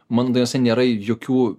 man dai jose nėra jokių